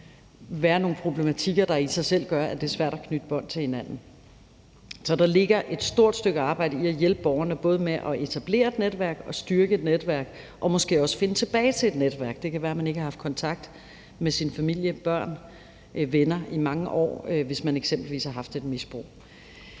kan der være nogle problematikker, der i sig selv gør, at det er svært at knytte bånd til hinanden. Så der ligger et stort stykke arbejde i at hjælpe borgerne både med at etablere et netværk og styrke et netværk og måske også finde tilbage til et netværk. Det kan være, at man ikke har haft kontakt med sin familie, børn, venner i mange år, hvis man eksempelvis har haft et misbrug.